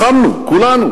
לחמנו כולנו.